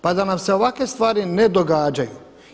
Pa da nam se ovakve stvari ne događaju.